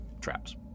traps